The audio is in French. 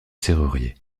serrurier